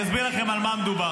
אין, באמת, עבודה